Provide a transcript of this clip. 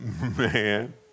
Man